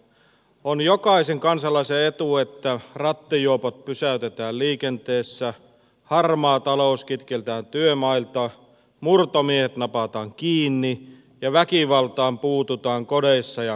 on jokaisen kansalaisen etu että rattijuopot pysäytetään liikenteessä harmaa talous kitketään työmailta murtomiehet napataan kiinni ja väkivaltaan puututaan kodeissa ja kaduilla